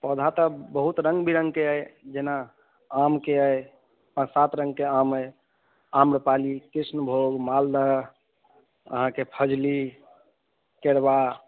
पौधा तऽ बहुत रङ्ग विरङ्गके अइ जेना आमके अइ आ सात रङ्गके आम अइ आम्रपाली कृष्णभोग मालदह अहाँकेँ फजली केरबा